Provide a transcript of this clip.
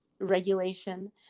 regulation